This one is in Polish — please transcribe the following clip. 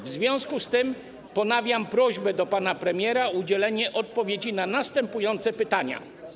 W związku z tym ponawiam prośbę do pana premiera o udzielenie odpowiedzi na następujące pytania: